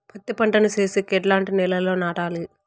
పత్తి పంట ను సేసేకి ఎట్లాంటి నేలలో నాటాలి?